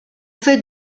fait